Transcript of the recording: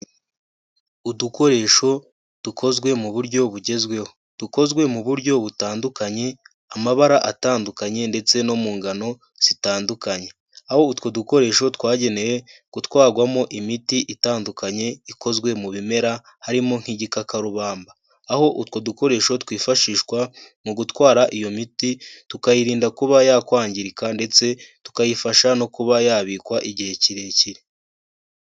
Udukoresho dukozwe mu buryo bugezweho, dukozwe mu buryo butandukanye, amabara atandukanye ndetse no mu ngano zitandukanye. Aho utwo dukoresho twagenewe kutwarwamo imiti itandukanye ikozwe mu bimera harimo nk'igikakarubamba. Aho utwo dukoresho twifashishwa mu gutwara iyo miti tukayirinda kuba yakwangirika ndetse tukayifasha no kuba yabikwa igihe kirekire.